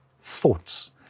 thoughts